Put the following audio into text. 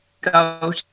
go